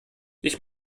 ich